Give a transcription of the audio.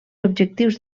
objectius